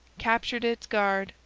captured its guard,